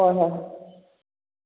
ꯍꯣꯏ ꯍꯣꯏ ꯍꯣꯏ